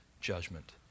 judgment